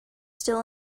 still